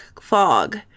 fog